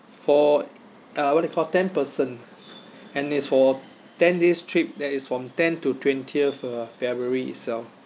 for uh what they call ten person and it's for ten days trip that is from ten to twentieth uh february itself